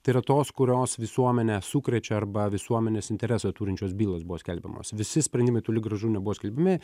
tai yra tos kurios visuomenę sukrečia arba visuomenės interesą turinčios bylos buvo skelbiamos visi sprendimai toli gražu nebuvo skelbiami